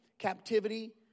Captivity